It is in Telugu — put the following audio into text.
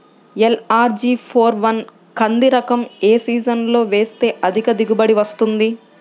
ఎల్.అర్.జి ఫోర్ వన్ కంది రకం ఏ సీజన్లో వేస్తె అధిక దిగుబడి వస్తుంది?